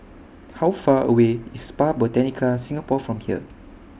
How Far away IS Spa Botanica Singapore from here